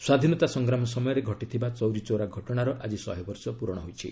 ସ୍ୱାଧୀନତା ସଂଗ୍ରାମ ସମୟରେ ଘଟିଥିବା ଚୌରୀ ଚୌରା ଘଟଣାର ଆଜି ଶହେବର୍ଷ ପୂରଣ ହୋଇଛି